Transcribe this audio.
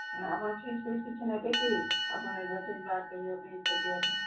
ନା ଆପଣ fees fees କିଛି ନେବେ କି ଆପଣ ଏ ରୋଷେଇଆ ବାହାର କରିବା ପାଇଁ ଖୋଜିିବା ପାଇଁ